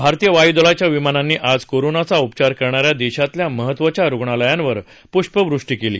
भारतीय वायुदलाच्या विमानांनी आज कोरोनाचा उपचार करणाऱ्या देशातल्या महत्वाच्या रुग्णालयांवर पुष्पवृष्टी केली